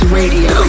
radio